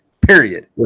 period